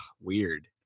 weird